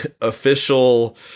official